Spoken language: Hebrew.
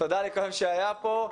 תודה לכל מי שהיה פה.